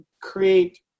create